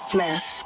Smith